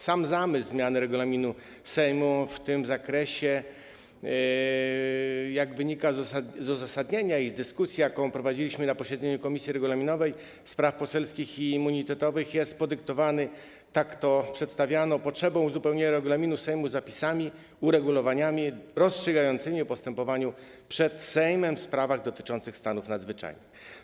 Sam zamysł zmiany regulaminu Sejmu w tym zakresie, jak wynika z uzasadnienia i dyskusji, jaką prowadziliśmy na posiedzeniu Komisji Regulaminowej, Spraw Poselskich i Immunitetowych jest podyktowany - tak to przedstawiano - potrzebą uzupełnienia regulaminu Sejmu zapisami, uregulowaniami rozstrzygającymi w postępowaniu przed Sejmem w sprawach dotyczących stanów nadzwyczajnych.